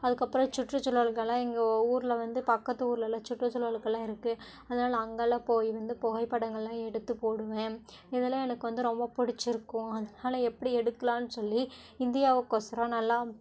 அதுக்கப்பறம் சுற்றுச்சூழல்கள்லாம் எங்கள் ஊரில் வந்து பக்கத்து ஊர்லலாம் சுற்றுச்சூழலுக்குலாம் இருக்கு அதனால அங்கேலாம் போய் வந்து புகைப்படங்கள்லாம் எடுத்து போடுவேன் இதெல்லாம் எனக்கு வந்து ரொம்ப பிடிச்சிருக்கும் அதனால எப்படி எடுக்கலாம்னு சொல்லி இந்தியாவுக்கொசரம் நல்லா